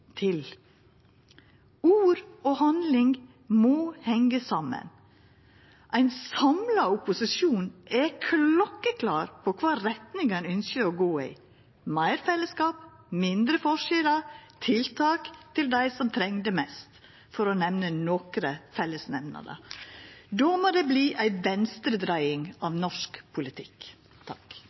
til. Ord og handling må hengja saman. Ein samla opposisjon er klokkeklar på kva retning ein ynskjer å gå i – meir fellesskap, mindre forskjellar, tiltak til dei som treng det mest, for å nemna nokre fellesnemningar. Da må det verta ei venstredreiing av norsk politikk.